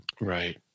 Right